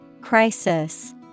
Crisis